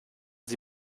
sie